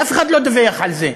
ואף אחד לא דיווח על זה,